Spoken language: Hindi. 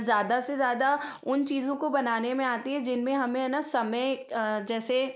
ज़्यादा से ज़्यादा उन चीज़ों को बनाने में आती है जिनमें हमें है ना समय जैसे